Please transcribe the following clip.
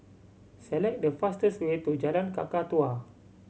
select the fastest way to Jalan Kakatua